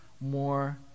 more